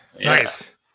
nice